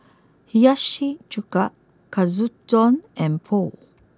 Hiyashi Chuka Katsudon and Pho